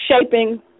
Shaping